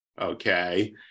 okay